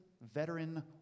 veteran